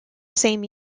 same